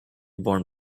born